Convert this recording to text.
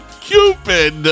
Cupid